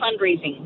fundraising